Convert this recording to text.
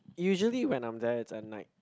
usually when I'm there it's at night